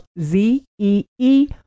Z-E-E